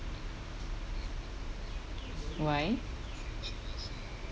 why